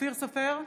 אופיר סופר,